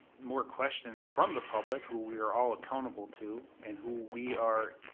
more questions from the public, who we are all accountable to, and who we are,